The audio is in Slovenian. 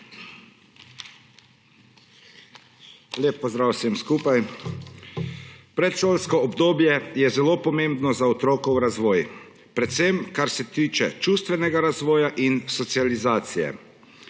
Lep pozdrav vsem skupaj! Predšolsko obdobje je zelo pomembno za otrokov razvoj, predvsem kar se tiče čustvenega razvoja in socializacije.